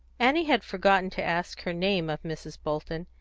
annie had forgotten to ask her name of mrs. bolton,